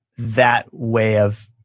that way of